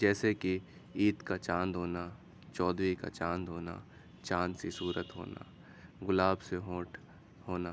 جیسے کہ عید کا چاند ہونا چودھویں کا چاند ہونا چاند سی صورت ہونا گلاب سے ہونٹ ہونا